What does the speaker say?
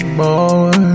more